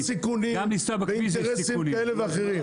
של תורת סיכונים ואינטרסים כאלה ואחרים,